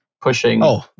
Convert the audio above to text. pushing